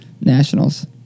nationals